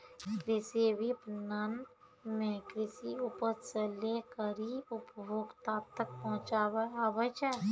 कृषि विपणन मे कृषि उपज से लै करी उपभोक्ता तक पहुचाबै आबै छै